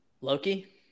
Loki